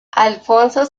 alfonso